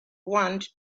want